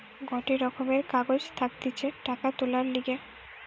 গটে রকমের কাগজ থাকতিছে টাকা তুলার লিগে